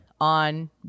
on